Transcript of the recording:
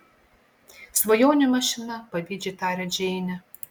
svajonių mašina pavydžiai taria džeinė